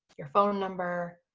your phone number,